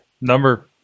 Number